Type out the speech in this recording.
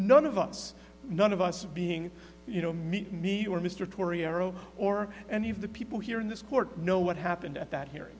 none of us none of us being you know meet me or mr torrey arrow or any of the people here in this court know what happened at that